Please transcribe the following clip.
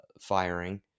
firing